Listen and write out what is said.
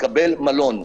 מקבל מלון.